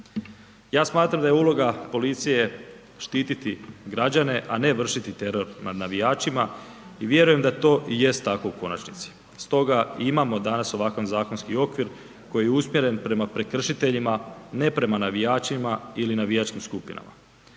Ja smatram da je uloga policije štititi građane, a ne vršiti teror nad navijačima i vjerujem da to i jest tako u konačnici. Stoga i imamo danas ovakav zakonski okvir koji je usmjeren prema prekršiteljima, ne prema navijačima ili navijačkim skupinama.